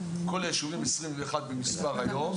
כל היישובים 21 במספר כיום,